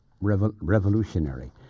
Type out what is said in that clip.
revolutionary